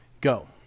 Go